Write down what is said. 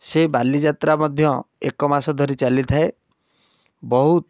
ସେ ବାଲିଯାତ୍ରା ମଧ୍ୟ ଏକ ମାସ ଧରି ଚାଲିଥାଏ ବହୁତ